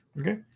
Okay